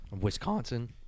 Wisconsin